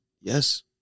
Yes